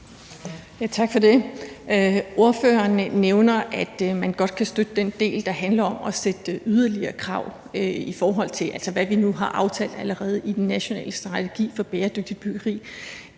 Tak for det. Ordføreren nævner, at man godt kan støtte den del, der handler om at sætte yderligere krav, i forhold til hvad vi allerede nu har aftalt i den nationale strategi for bæredygtigt byggeri.